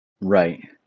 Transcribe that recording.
Right